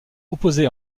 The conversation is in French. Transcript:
opposé